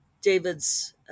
David's